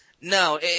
no